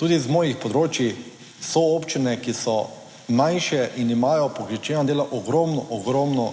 Tudi iz mojih področij so občine, ki so manjše in imajo po količini dela ogromno, ogromno